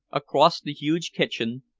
across the huge kitchen,